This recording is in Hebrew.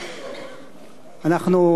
אנחנו צמודים לטקסט.